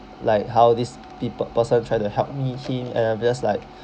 like how these peop~ per~ person try to help me him and I'm just like